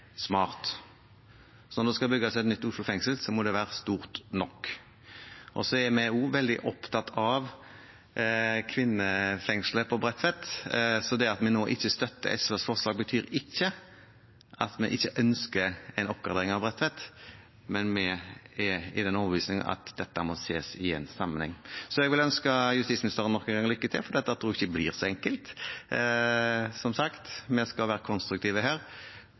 smart, så når det skal bygges et nytt Oslo fengsel, må det være stort nok. Vi er også veldig opptatt av kvinnefengslet på Bredtvet, så det at vi nå ikke støtter SVs forslag, betyr ikke at vi ikke ønsker en oppgradering av Bredtvet, men vi er av den overbevisning at dette må ses i en sammenheng. Jeg vil ønske justisministeren lykke til, for dette tror jeg ikke blir så enkelt. Som sagt, vi skal være konstruktive her,